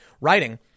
writing